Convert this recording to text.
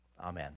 Amen